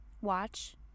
Watch